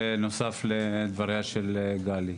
בנוסף לדבריה של גלי.